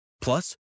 Plus